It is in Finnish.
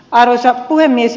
arvoisa puhemies